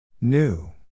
New